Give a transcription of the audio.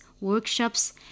workshops